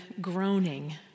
groaning